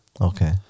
Okay